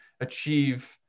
achieve